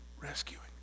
rescuing